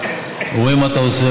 רואים מה אתה עושה,